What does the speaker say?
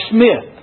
Smith